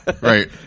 Right